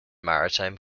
maritime